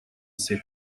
city